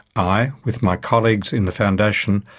i, with my colleagues in the foundation,